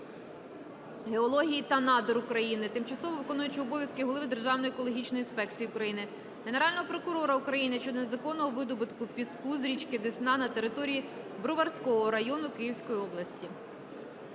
геології та надр України, тимчасово виконуючого обов'язки Голови Державної екологічної інспекції України, Генерального прокурора України щодо незаконного видобутку піску з річки Десна на території Броварського району Київської області.